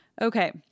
Okay